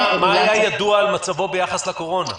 מה היה ידוע על מצבו ביחס לקורונה?